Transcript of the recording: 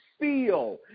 feel